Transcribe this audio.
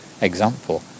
example